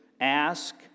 ask